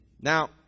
Now